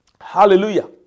Hallelujah